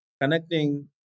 connecting